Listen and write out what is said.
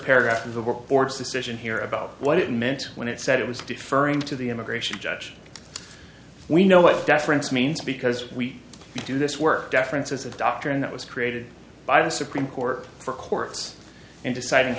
paragraph of the work board's decision here about what it meant when it said it was deferring to the immigration judge we know what deference means because we do this work deference as a doctor and that was created by the supreme court for courts in deciding